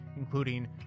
including